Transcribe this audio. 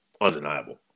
undeniable